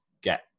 get